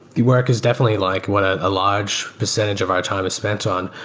the work is definitely like what a large percentage of our time is spent on.